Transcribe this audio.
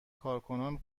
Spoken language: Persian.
کارکنان